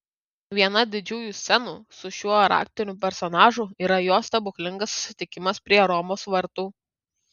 viena didžiųjų scenų su šiuo raktiniu personažu yra jo stebuklingas susitikimas prie romos vartų